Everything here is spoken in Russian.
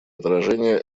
отражение